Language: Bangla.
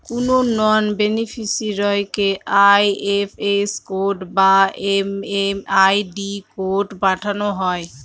কোনো নন বেনিফিসিরইকে আই.এফ.এস কোড বা এম.এম.আই.ডি কোড পাঠানো হয়